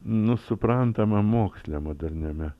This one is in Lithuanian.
nu suprantama moksle moderniame